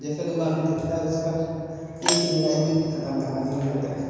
जैसे दुकान में दिखता है उसका एक ही धुलाई में ख़त्म कहानी हो जाता है